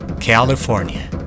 California